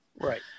right